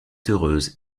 heureuse